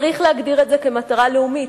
צריך להגדיר את זה כמטרה לאומית.